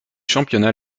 championnats